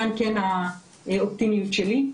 כאן נמצאת האופטימיות שלי.